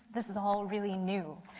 this is all really knew.